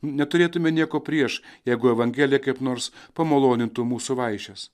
neturėtume nieko prieš jeigu evangelija kaip nors pamalonintų mūsų vaišes